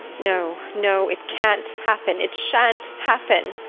no, no, it can't happen it shan't happen!